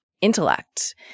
intellect